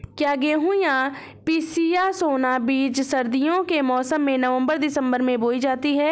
क्या गेहूँ या पिसिया सोना बीज सर्दियों के मौसम में नवम्बर दिसम्बर में बोई जाती है?